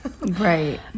right